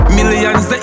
Millions